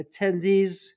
attendees